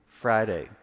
Friday